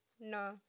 No